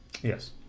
Yes